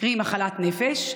קרי מחלת נפש,